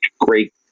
great